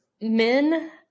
men